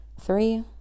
Three